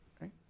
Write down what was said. right